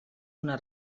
una